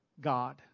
God